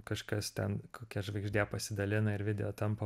kažkas ten kokia žvaigždė pasidalina ir video tampa